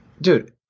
Dude